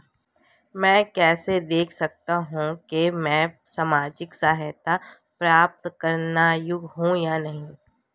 मैं कैसे देख सकता हूं कि मैं सामाजिक सहायता प्राप्त करने योग्य हूं या नहीं?